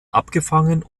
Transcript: abgefangen